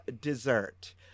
dessert